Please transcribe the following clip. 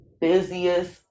busiest